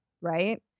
right